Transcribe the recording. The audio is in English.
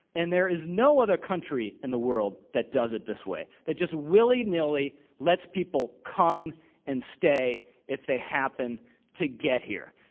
and there is no other country in the world that does it this way, that just willy-nilly let's people come and stay if they happen to get here.